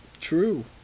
True